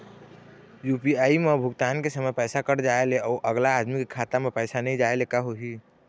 UPI म भुगतान के समय पैसा कट जाय ले, अउ अगला आदमी के खाता म पैसा नई जाय ले का होही?